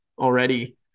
already